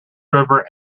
river